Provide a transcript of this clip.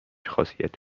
خاصیت